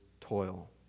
toil